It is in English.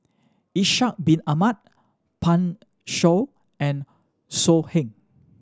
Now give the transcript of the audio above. Ishak Bin Ahmad Pan Shou and So Heng